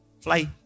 fly